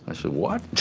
i said, what,